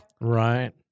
Right